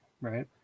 right